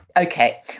okay